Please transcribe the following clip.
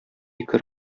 ике